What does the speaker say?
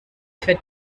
für